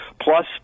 plus